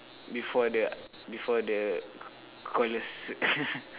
before the before the cordless